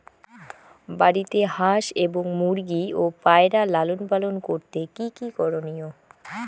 বাড়িতে হাঁস এবং মুরগি ও পায়রা লালন পালন করতে কী কী করণীয়?